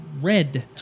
red